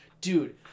Dude